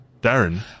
Darren